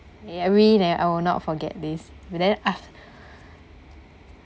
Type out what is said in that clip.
every night I would not forget this but then after